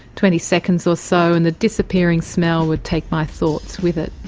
twenty seconds or so and the disappearing smell would take my thoughts with it.